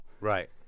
Right